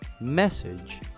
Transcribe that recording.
Message